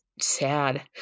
sad